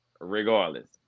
regardless